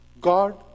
God